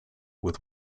with